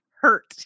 hurt